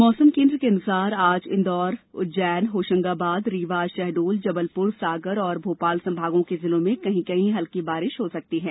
मौसम केंद्र के अनुसार आज इंदौर उज्जैन होशंगाबाद रीवा शहडोल जबलपुर सागर और भोपाल संभागों के जिलों में कहीं कहीं हल्की बारिश हो सकती है